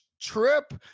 trip